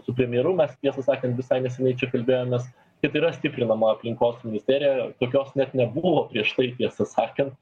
su premjeru mes tiesą sakant visai neseniai čia kalbėjomės kad yra stiprinama aplinkos ministerija tokios net nebuvo prieš tai tiesą sakant